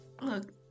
Look